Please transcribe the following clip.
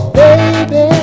baby